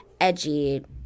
edgy